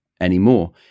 anymore